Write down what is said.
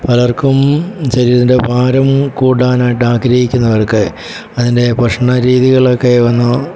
പലര്ക്കും ശരീരത്തിന്റെ ഭാരം കൂടാനായിട്ട് ആഗ്രഹിക്കുന്നവര്ക്ക് അതിന്റെ ഭക്ഷണരീതികളൊക്കെ വന്നു